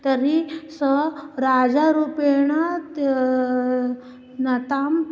तर्हि सः राजारूपेण न ताम्